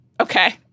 Okay